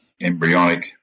embryonic